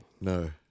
No